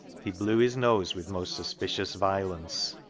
he blew his nose with most suspicious violence.